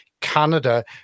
canada